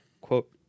quote